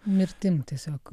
mirtim tiesiog